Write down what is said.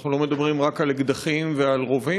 אנחנו לא מדברים רק על אקדחים ועל רובים.